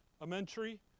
elementary